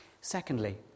Secondly